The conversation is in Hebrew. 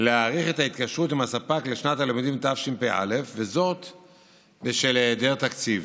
להאריך את ההתקשרות עם הספק לשנת הלימודים תשפ"א בשל היעדר תקציב.